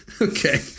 Okay